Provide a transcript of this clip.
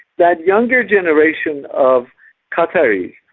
that younger generation of qataris,